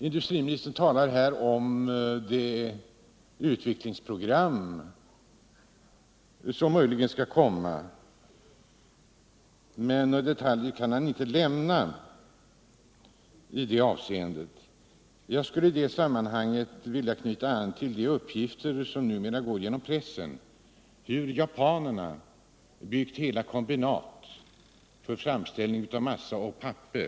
Industriministern talar här om det utvecklingsprogram som möjligen skall komma, men detaljer kan han inte lämna. Jag skulle i det sammanhanget vilja knyta an till de uppgifter som numera går genom pressen om hur japanerna har byggt hela kombinat för framställning av massa och papper.